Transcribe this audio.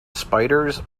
spiders